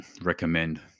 recommend